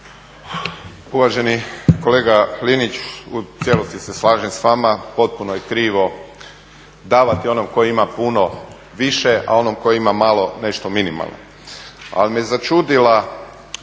Uvaženi kolega Linić, u cijelosti se slažem s vama, potpuno je krivo davati onom koji ima puno više, a onom koji ima malo nešto minimalno. Ali me začudila